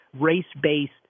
race-based